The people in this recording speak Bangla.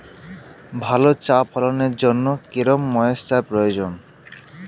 ভালো চা ফলনের জন্য কেরম ময়স্চার প্রয়োজন?